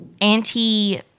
anti